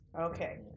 Okay